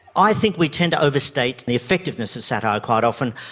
i think we tend to overstate the effectiveness of satire quite often.